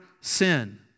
sin